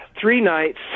three-nights